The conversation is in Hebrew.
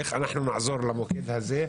איך נעזור למוקד הזה.